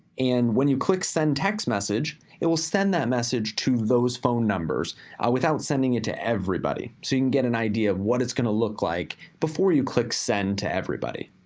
and when you click send test message, it will send that message to those phone numbers without sending it to everybody. so you can get an idea of what it's gonna look like before you click send to everybody.